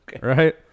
Right